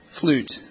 flute